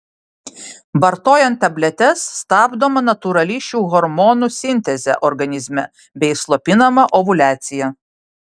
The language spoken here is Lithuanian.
vartojant tabletes stabdoma natūrali šių hormonų sintezė organizme bei slopinama ovuliacija